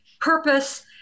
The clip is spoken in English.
purpose